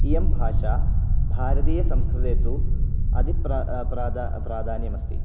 इयं भाषा भारतीयसंस्कृते तु अति प्रा प्रादा प्रादान्यमस्ति